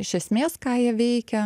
iš esmės ką jie veikia